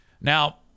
Now